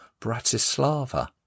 Bratislava